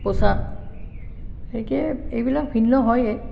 পোচাক এইবিলাক ভিন্ন হয়েই